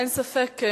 אין ספק,